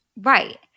Right